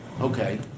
Okay